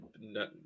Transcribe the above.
no